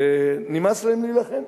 ונמאס להם להילחם,